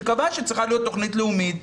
שקבעה שצריכה להיות תכנית לאומית,